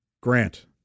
Grant